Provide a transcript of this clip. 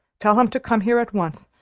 tell him to come here at once.